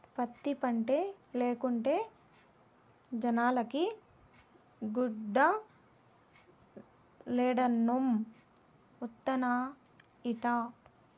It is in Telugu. పత్తి పంటే లేకుంటే జనాలకి గుడ్డలేడనొండత్తనాయిట